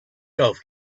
golf